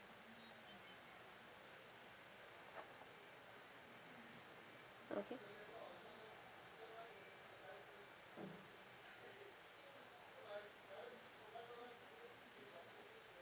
okay